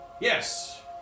Yes